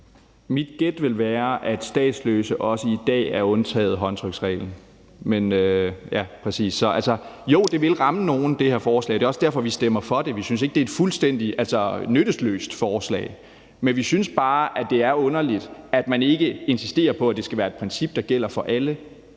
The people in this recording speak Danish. Mit gæt vil være, at statsløse også i dag er undtaget håndtryksreglen. Jo, det her forslag vil ramme nogle. Det er også derfor, vi stemmer for det. Vi synes ikke, det er et fuldstændig nyttesløst forslag, men vi synes bare, at det er underligt, at man ikke insisterer på, at det skal være et princip, der gælder for alle,